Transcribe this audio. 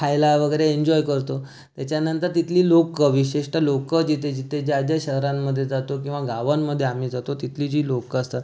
खायला वगेरे एन्जॉय करतो त्याच्यानंतर तिथली लोकं विशिष्ट लोकं जिथे जिथे ज्या ज्या शहरांमध्ये जातो किंवा गावांमध्ये आम्ही जातो तिथली जी लोकं असतात